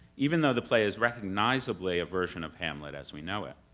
even though the play is recognizably a version of hamlet as we know it.